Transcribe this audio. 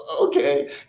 okay